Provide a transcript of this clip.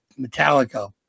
metallica